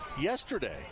yesterday